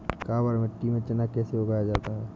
काबर मिट्टी में चना कैसे उगाया जाता है?